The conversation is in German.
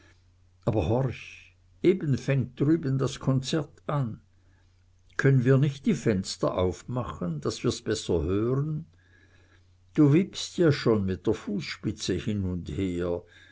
aber horch eben fängt drüben das konzert an können wir nicht die fenster aufmachen daß wir's besser hören du wippst ja schon mit der fußspitze hin und her